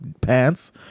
pants